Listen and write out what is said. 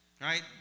right